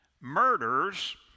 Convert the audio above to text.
murders